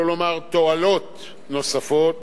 שלא לומר תועלות נוספות,